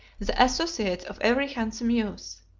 the associates of every handsome youth.